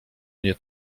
nie